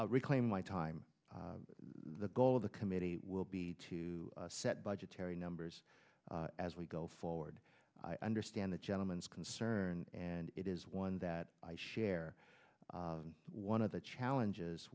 reclaim my time the goal of the committee will be to set budgetary numbers as we go forward i understand the gentleman's concern and it is one that i share one of the challenges